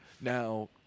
Now